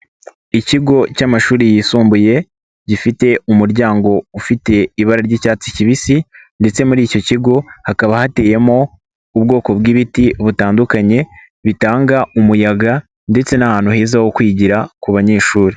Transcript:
Ikigo cy'amashuri yisumbuye gifite umuryango ufite ibara ry'icyatsi kibisi ndetse muri icyo kigo hakaba hateyemo ubwoko bw'ibiti butandukanye, bitanga umuyaga ndetse n'ahantu heza ho kwigira ku banyeshuri.